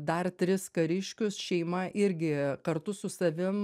dar tris kariškius šeima irgi kartu su savim